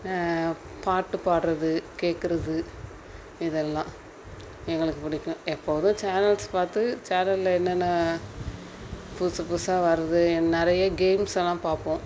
பாட்டு பாடுறது கேட்குறது இதெல்லாம் எங்களுக்கு பிடிக்கும் எப்போதும் சேனல்ஸ் பார்த்து சேனல்ல என்னென்ன புதுசு புதுசாக வருது நிறைய கேம்ஸெல்லாம் பார்ப்போம்